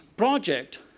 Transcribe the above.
project